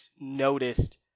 noticed